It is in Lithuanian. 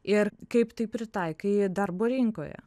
ir kaip tai pritaikai darbo rinkoje